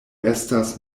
estas